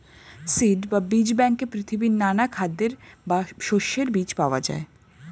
seed বা বীজ ব্যাংকে পৃথিবীর নানা খাদ্যের বা শস্যের বীজ পাওয়া যায়